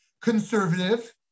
conservative